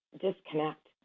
disconnect